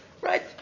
Right